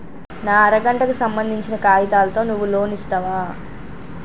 నా అర గంటకు సంబందించిన కాగితాలతో నువ్వు లోన్ ఇస్తవా?